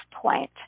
point